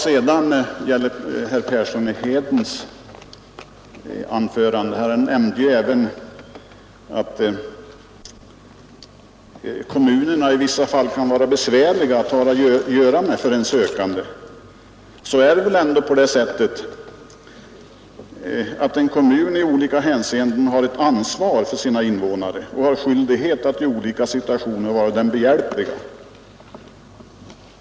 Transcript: Herr Persson i Heden sade att kommunerna i vissa fall kan vara besvärliga att ha att göra med för en sökande. Men det är väl ändå på det sättet att en kommun i olika hänseenden har ett ansvar för sina invånare och har skyldighet att i olika situationer vara dem behjälplig.